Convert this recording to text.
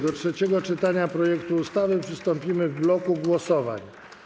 Do trzeciego czytania projektu ustawy przystąpimy w bloku głosowań.